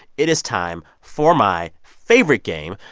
it is time for my favorite game,